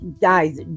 guys